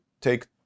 take